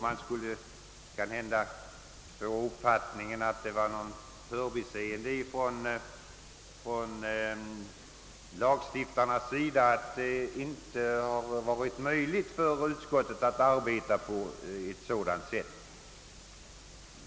Man skulle av detta yttrande möjligen kunna få uppfattningen att det var något förbiseende från lagstiftarnas sida som gjort att det inte varit möjligt för utskottet att tidigare arbeta på detta sätt.